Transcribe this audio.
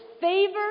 favor